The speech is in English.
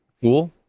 cool